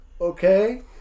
okay